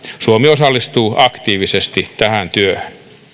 suomi osallistuu aktiivisesti tähän työhön